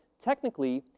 technically,